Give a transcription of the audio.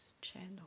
channel